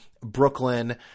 Brooklyn